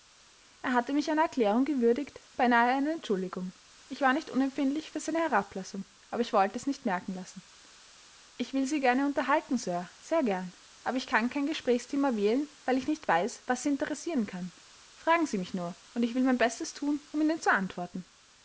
er hatte mich einer erklärung gewürdigt beinahe einer entschuldigung ich war nicht unempfindlich für seine herablassung aber ich wollte es nicht merken lassen ich will sie sehr gern unterhalten sir sehr gern aber ich kann kein gesprächsthema wählen weil ich nicht weiß was sie interessieren kann fragen sie mich nur und ich will mein bestes thun um ihnen zu antworten